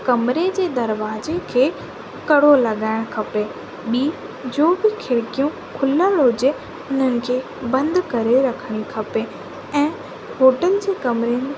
कमिरे जी दरवाजे खे कहिड़ो लॻाइण खपे ॿी जो बि खिड़कियूं खुलियलु हुजे हुननि खे बंदि करे रखणु खपे ऐं होटल जे कमिरे में